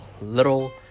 little